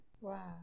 Wow